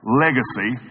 legacy